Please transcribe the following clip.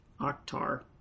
Octar